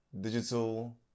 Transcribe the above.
digital